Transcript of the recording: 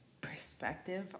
perspective